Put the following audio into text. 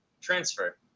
transfer